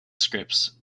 scripts